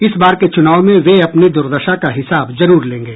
इस बार के चुनाव में वे अपनी दुर्दशा का हिसाब जरूर लेंगे